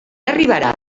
arribarà